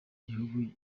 gihugu